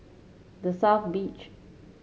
The South Beach